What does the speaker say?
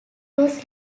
was